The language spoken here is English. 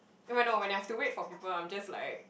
eh wait no when I have to wait for people I'm just like